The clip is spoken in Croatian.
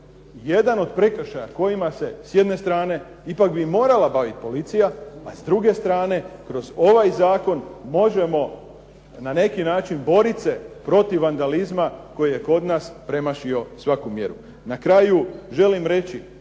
jedan od prekršaja kojima se s jedne stran ipak bi morala baviti policija, a s druge strane kroz ovaj zakon možemo na neki način borit se protiv vandalizma koji je kod nas premašio svaku mjeru. Na kraju želim reći